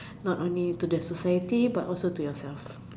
not only to the society but also to yourself